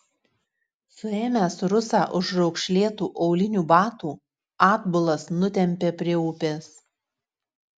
suėmęs rusą už raukšlėtų aulinių batų atbulas nutempė prie upės